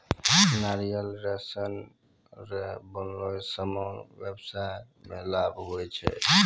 नारियल रो सन रो बनलो समान व्याबसाय मे लाभ हुवै छै